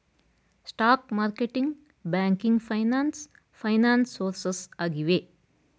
stock marketing, banking finance finance sources ಆಗಿವೆ